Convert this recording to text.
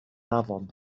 afon